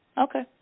Okay